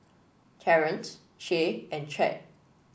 Terance Shay and Chadd